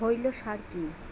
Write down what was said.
খৈল সার কি?